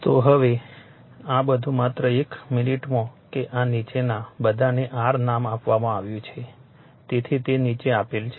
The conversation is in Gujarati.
તો આ હવે આ બધું માત્ર એક મિનિટમાં કે આ નીચેના બધાને r નામ આપવામાં આવ્યું છે તેથી તે નીચે આપેલ છે